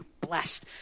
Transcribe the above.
Blessed